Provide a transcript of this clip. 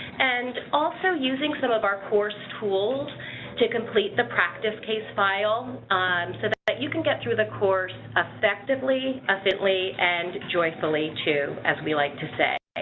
and also using some of our course tools to complete the practice case file, um so that that you can get through the course effectively, efficiently, and joyfully too, as we like to say.